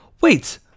wait